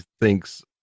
thinks